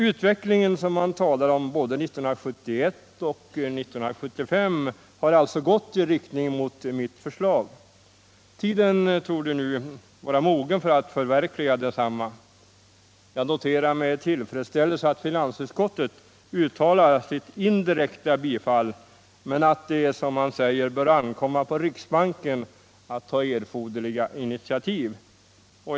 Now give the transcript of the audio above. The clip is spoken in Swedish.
Utvecklingen, som man talade om både 1971 och 1975, har alltså gått i riktning mot mitt förslag. Tiden torde nu vara mogen för att förverkliga detsamma. Jag noterar med tillfredsställelse att finansutskottet uttalar sitt indirekta bifall, men att det, som man säger, bör ankomma på riksbanken att ta erforderliga initiativ.